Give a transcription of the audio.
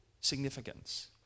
significance